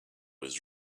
his